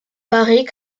paris